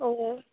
ओ